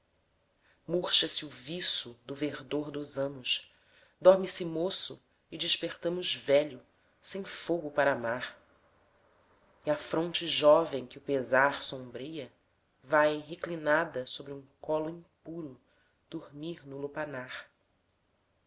o viço do verdor dos anos dorme se moço e despertamos velho sem fogo para amar e a fronte jovem que o pesar sombreia vai reclinada sobre um colo impuro dormir no lupanar